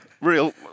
real